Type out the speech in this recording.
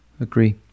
agree